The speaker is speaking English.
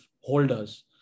holders